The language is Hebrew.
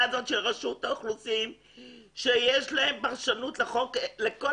הזאת של רשות האוכלוסין שיש לה פרשנות לחוק שהיא לכל